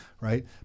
right